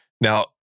now